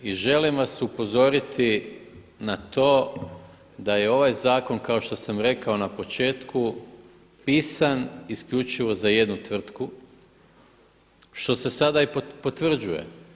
I želim vas upozoriti na to da je ovaj zakon kao što sam rekao na početku pisan isključivo za jednu tvrtku, što se sada i potvrđuje.